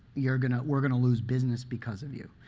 you're going to we're going to lose business because of you.